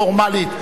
פורמלית,